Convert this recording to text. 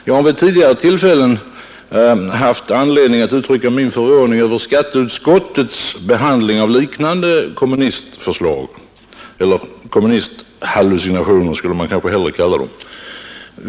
Jag har vid tidigare tillfällen haft anledning att uttrycka min förvåning över skatteutskottets behandling av liknande kommunistförslag — man kanske hellre skulle kalla dem kommunisthallucinationer.